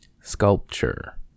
Sculpture